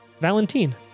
Valentine